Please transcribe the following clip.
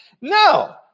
No